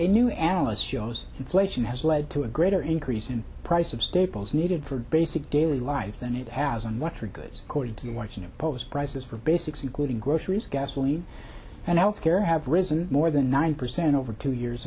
a new analyst shows inflation has led to a greater increase in price of staples needed for basic daily life than it has on water goods according to the washington post prices for basics including groceries gasoline and health care have risen more than nine percent over two years